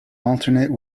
alternate